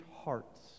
hearts